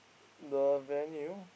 the venue